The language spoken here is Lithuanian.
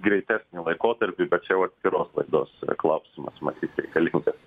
greitesniu laikotarpiu bet čia jau atskiros laidos klausimas matyt reikalingas